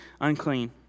unclean